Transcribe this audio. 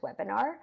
webinar